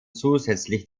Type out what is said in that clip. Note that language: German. zusätzlich